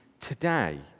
today